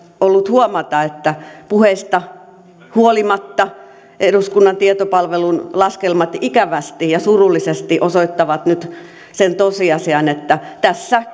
ollut huomata että puheista huolimatta eduskunnan tietopalvelun laskelmat ikävästi ja surullisesti osoittavat nyt sen tosiasian että tässä